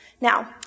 Now